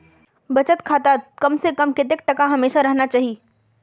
बचत खातात कम से कम कतेक टका हमेशा रहना चही?